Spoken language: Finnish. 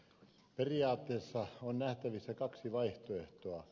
periaatteessa on nähtävissä kaksi vaihtoehtoa